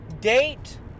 date